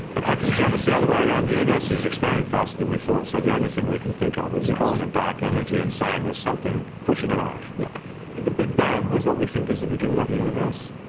in fact it's yeah it's the other way around, the universe is is expanding faster than we thought, so the only thing we can think of is calling it dark energy and saying there's something pushing it out. yeah the big bang is what we think is the beginning of the universe,